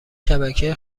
شبکه